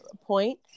point